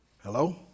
Hello